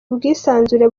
bwisanzure